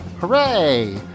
Hooray